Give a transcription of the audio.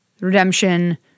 redemption